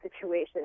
situation